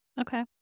okay